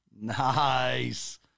Nice